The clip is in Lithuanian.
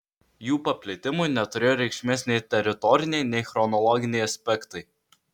jų paplitimui neturėjo reikšmės nei teritoriniai nei chronologiniai aspektai